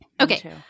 okay